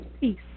peace